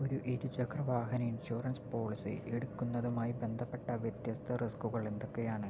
ഒരു ഇരുചക്ര വാഹന ഇൻഷുറൻസ് പോളിസി എടുക്കുന്നതുമായി ബന്ധപ്പെട്ട വ്യത്യസ്ത റിസ്കുകൾ എന്തൊക്കെയാണ്